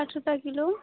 साठ रुपये किलो